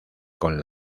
con